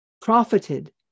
profited